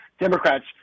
Democrats